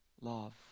love